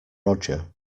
roger